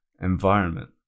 environment